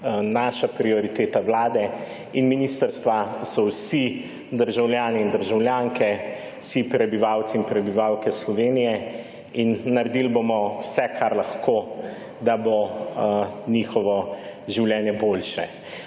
Naša prioriteta Vlade in ministrstva so vsi državljani in državljanke, vsi prebivalci in prebivalke Slovenije in naredili bomo vse kar lahko, da bo njihovo življenje boljše.